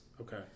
Okay